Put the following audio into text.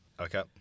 Okay